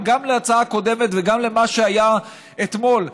אבל גם להצעה קודמת וגם למה שהיה אתמול.